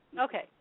Okay